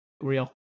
real